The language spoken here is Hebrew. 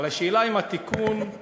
אבל השאלה, האם התיקון הוא